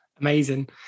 Amazing